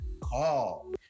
call